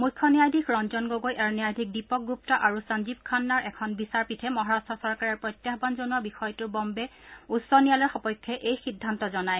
মুখ্য ন্যায়াধীশ ৰঞ্জন গগৈ আৰু ন্যায়াধীশ দীপক গুপ্তা আৰু সঞ্জীৱ খান্নাৰ এখন বিচাৰপীঠে মহাৰট্ট চৰকাৰে প্ৰত্যাহান জনোৱা বিষয়টো বহ্বে উচ্চ ন্যায়ালয়ৰ সপক্ষে এই সিদ্ধান্ত জনায়